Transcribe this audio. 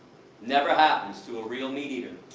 never happens to a real meat eater.